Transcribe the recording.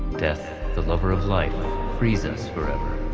death, the lover of life frees us forever.